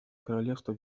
королевство